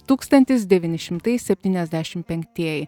tūkstantis devyni šimtai septyniasdešim penktieji